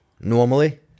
normally